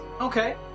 Okay